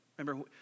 Remember